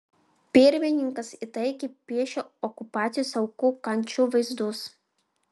pirmininkas įtaigiai piešia okupacijos aukų kančių vaizdus